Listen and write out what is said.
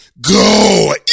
go